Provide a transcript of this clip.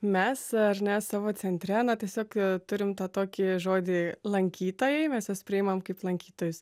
mes ar ne savo centre na tiesiog turim tą tokį žodį lankytojai mes juos priimam kaip lankytojus